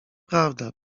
prawda